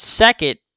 second